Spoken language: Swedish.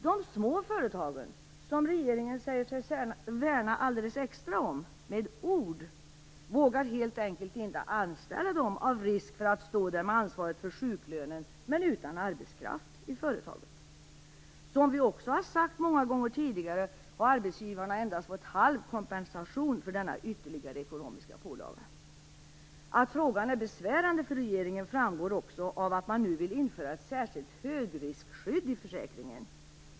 De små företagen, som regeringen säger sig värna extra om - med ord! -, vågar helt enkelt inte anställa dem av risk för att stå där med ansvaret för sjuklönen men utan arbetskraft i företaget. Som vi också har sagt många gånger tidigare, har arbetsgivarna endast fått halv kompensation för denna ytterligare ekonomiska pålaga. Att frågan är besvärande för regeringen framgår också av att man nu vill införa ett särskilt högriskskydd i försäkringen.